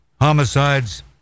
homicides